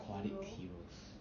aquatic heroes